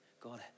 God